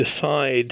decide